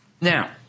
Now